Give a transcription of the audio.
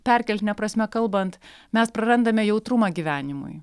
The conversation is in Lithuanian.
perkeltine prasme kalbant mes prarandame jautrumą gyvenimui